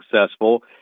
successful